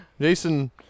Jason